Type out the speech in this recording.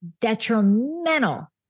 Detrimental